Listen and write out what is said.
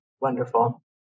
Wonderful